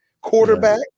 quarterback